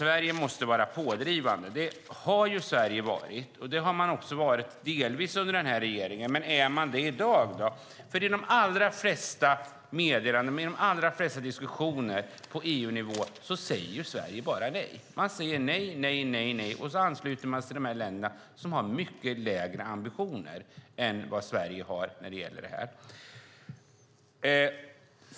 Sverige måste vara pådrivande. Det har Sverige varit, och det har man varit delvis under denna regering. Men är man det i dag? I de allra flesta meddelanden och i de allra flesta diskussioner på EU-nivå säger Sverige nämligen bara nej. Man säger nej, nej, nej, och så ansluter man sig till de länder som har mycket lägre ambitioner än vad Sverige har när det gäller detta.